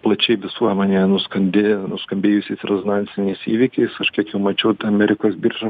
plačiai visuomenėje nuskandi nuskambėjusiais rezonansiniais įvykiais aš kiek jų mačiau amerikos birža